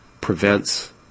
prevents